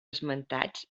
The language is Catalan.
esmentats